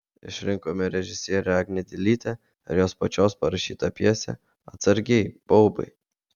išrinkome režisierę agnę dilytę ir jos pačios parašytą pjesę atsargiai baubai